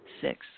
Six